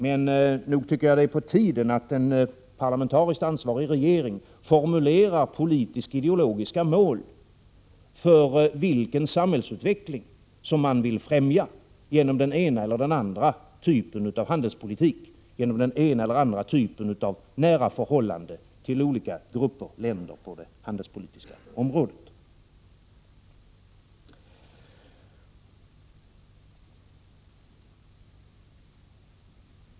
Men nog tycker jag att det är på tiden att en parlamentariskt ansvarig regering formulerar politisk-ideologiska mål för vilken samhällsutveckling man vill fträmja genom den ena eller den andra typen av handelspolitik, genom den ena eller den andra typen av nära förhållande till olika grupper av länder på det handelspolitiska området.